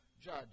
judge